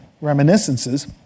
reminiscences